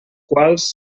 quals